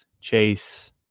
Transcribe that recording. Chase